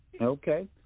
Okay